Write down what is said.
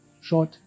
short